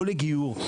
לא לגיור,